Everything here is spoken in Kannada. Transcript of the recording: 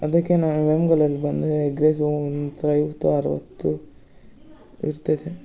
ಅದಕ್ಕೆ ನಾನು ವೇಮ್ಗಲಲ್ಲಿ ಬಂದರೆ ಎಗ್ ರೈಸೂ ಒಂದು ರೈಸ್ದು ಅರವತ್ತು ಇರ್ತೈತೆ